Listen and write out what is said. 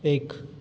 एक